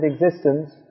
existence